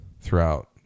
throughout